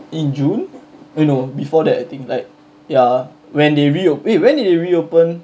in june no before that I think like ya when they reop~ eh wait when did they reopen